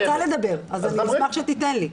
אני רוצה לדבר, אני אשמח שתיתן לי.